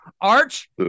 Arch